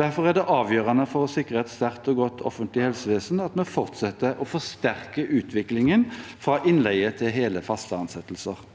Derfor er det avgjørende for å sikre et sterkt og godt offentlig helsevesen at vi fortsetter å forsterke utviklingen fra innleie til hele, faste ansettelser.